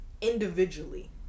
Individually